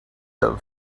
live